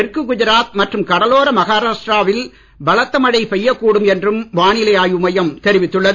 தெற்கு குஜராத் மற்றும் கடலோர மகாராஷ்டிராவில் பலத்த மழை பெய்யக்கூடும் என்றும் வானிலை ஆய்வுமையம் தெரிவித்துள்ளது